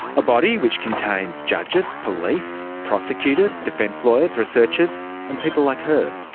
a body which contains judges, police, prosecutors, defence lawyers, researchers and people like her,